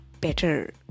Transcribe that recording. better